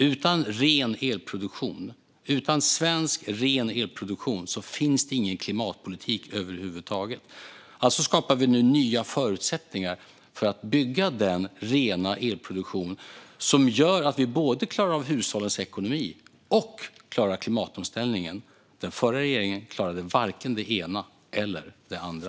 Utan en svensk ren elproduktion finns det ingen klimatpolitik över huvud taget. Alltså skapar vi nu nya förutsättningar för att bygga den rena elproduktion som gör att vi klarar både hushållens ekonomi och klimatomställningen. Den förra regeringen klarade varken det ena eller det andra.